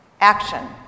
Action